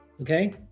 Okay